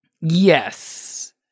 Yes